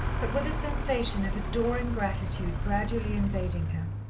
but with a sensation of adoring gratitude gradually invading her,